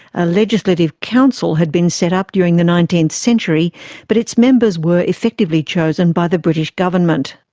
a legislative council had been set up during the nineteenth century but its members were effectively chosen by the british government.